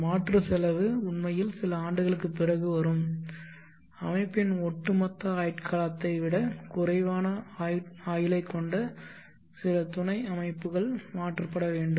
மாற்று செலவு உண்மையில் சில ஆண்டுகளுக்குப் பிறகு வரும் அமைப்பின் ஒட்டுமொத்த ஆயுட்காலத்தை விட குறைவான ஆயுளைக் கொண்ட சில துணை அமைப்புகள் மாற்றப்பட வேண்டும்